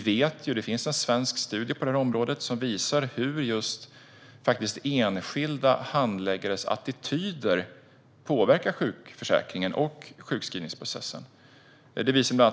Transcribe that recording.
Det finns en svensk studie på området som visar hur enskilda handläggares attityder påverkar sjukförsäkringen och sjukskrivningsprocessen.